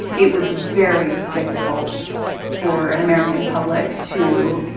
it was very difficult for an american public to,